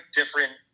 different